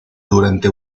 durante